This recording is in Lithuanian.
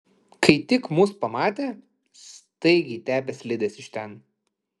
kai tik mus pamatė staigiai tepė slides iš ten